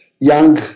Young